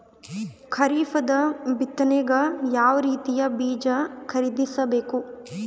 ಖರೀಪದ ಬಿತ್ತನೆಗೆ ಯಾವ್ ರೀತಿಯ ಬೀಜ ಖರೀದಿಸ ಬೇಕು?